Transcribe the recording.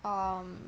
um